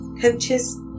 coaches